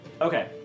Okay